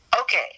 Okay